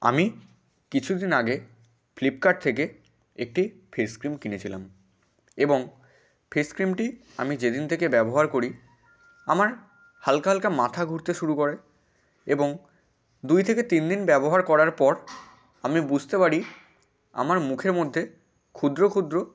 আমি কিছু দিন আগে ফ্লিপকার্ট থেকে একটি ফেস ক্রিম কিনেছিলাম এবং ফেস ক্রিমটি আমি যেদিন থেকে ব্যবহার করি আমার হালকা হালকা মাথা ঘুরতে শুরু করে এবং দুই থেকে তিন দিন ব্যবহার করার পর আমি বুঝতে পারি আমার মুখের মধ্যে ক্ষুদ্র ক্ষুদ্র